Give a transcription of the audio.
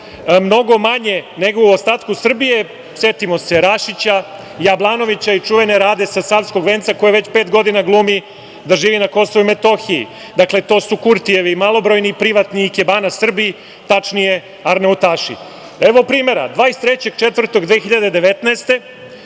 mnogo manje nego u ostatku Srbije. Setimo se Rašića, Jablanovića i čuvene Rade sa Savskog venca koja već pet godina glumi da živi na KiM. Dakle, to su Kurtijevi malobrojni privatni ikebana Srbi, tačnije arnautaši. Evo primera. Godine 2019,